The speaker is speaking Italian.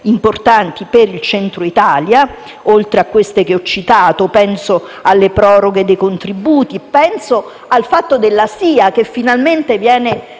importanti per il Centro Italia, oltre a quelli che ho citato. Penso alle proroghe dei contributi e al SIA aree sisma, che finalmente viene